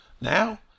Now